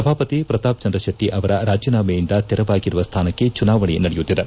ಸಭಾಪತಿ ಪ್ರತಾಪ್ಚಂದ್ರ ಶೆಟ್ಟ ಅವರ ರಾಜೀನಾಮೆಯಿಂದ ತೆರವಾಗಿರುವ ಸ್ಥಾನಕ್ಕೆ ಚುನಾವಣೆ ನಡೆಯತ್ತಿದೆ